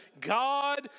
God